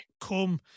come